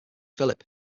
philip